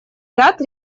ряд